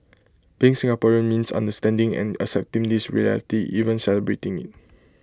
being Singaporean means understanding and accepting this reality even celebrating IT